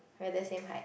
we are the same height